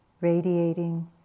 radiating